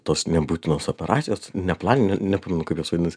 tos nebūtinos operacijos neplaninė nepamenu kaip jos vadinas